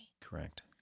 Correct